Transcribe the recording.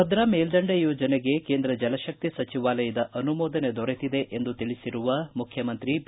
ಭದ್ರಾ ಮೇಲ್ಲಂಡೆ ಯೋಜನೆಗೆ ಕೇಂದ್ರ ಜಲಶಕ್ತಿ ಸಚಿವಾಲಯದ ಅನುಮೋದನೆ ದೊರೆತಿದೆ ಎಂದು ತಿಳಿಸಿರುವ ಮುಖ್ಯಮಂತ್ರಿ ಬಿ